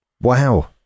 Wow